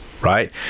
right